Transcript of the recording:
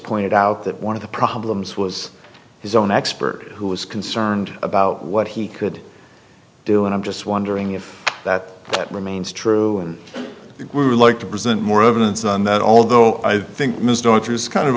pointed out that one of the problems was his own expert who was concerned about what he could do and i'm just wondering if that remains true and we would like to present more evidence on that although i think